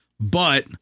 but-